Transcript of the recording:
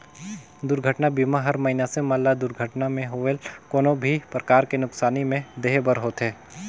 दुरघटना बीमा हर मइनसे मन ल दुरघटना मे होवल कोनो भी परकार के नुकसानी में देहे बर होथे